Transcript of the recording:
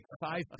five